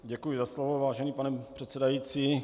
Děkuji za slovo vážený pane předsedající.